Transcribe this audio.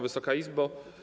Wysoka Izbo!